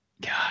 God